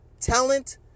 talent